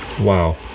Wow